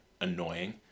annoying